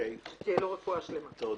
תודה.